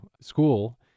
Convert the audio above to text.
school